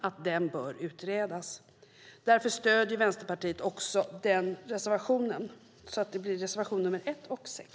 Frågan bör utredas. Därför stöder Vänsterpartiet också den reservationen. Jag yrkar alltså bifall till reservationerna 1 och 6.